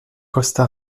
costa